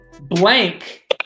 blank